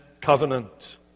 covenant